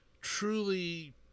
truly